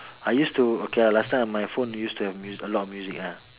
I used to okay lah last time my phone used to have a lot of music ah